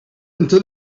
into